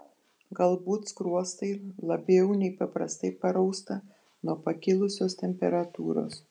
galbūt skruostai labiau nei paprastai parausta nuo pakilusios temperatūros